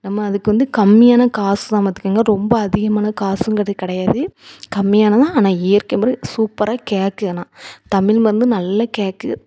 நம்ம அதுக்கு வந்து கம்மியான காசு தான் பார்த்துக்கங்க ரொம்ப அதிகமான காசுங்கிறது கிடையாது கம்மியானதுதான் ஆனால் இயற்கை முறை சூப்பராக கேட்கும் ஆனால் தமிழ் மருந்து நல்லா கேட்குது